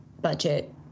budget